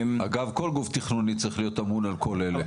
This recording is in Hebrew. אגב, כל גוף תכנוני צריך להיות אמון על כל אלה.